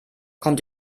kommt